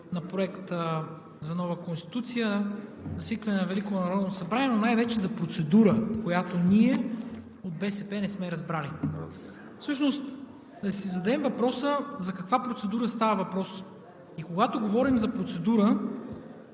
на Проекта за нова Конституция, за свикване на Велико народно събрание, а най-вече за процедура, която ние от БСП не сме разбрали. Да си зададем въпроса: за каква процедура става въпрос? Когато говорим за процедура,